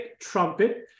trumpet